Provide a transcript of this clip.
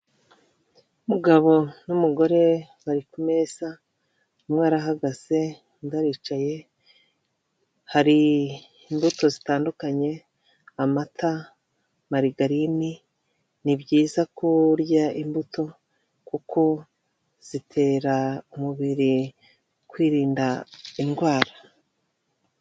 Umugabo n'umugore bari ku meza. umwe arahagaze, undi aricaye hari imbuto zitandukanye. Amata, marigarine ni byiza kurya imbuto kuko zitera umubiri kwirinda indwara.